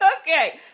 Okay